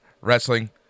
Wrestling